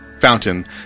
fountain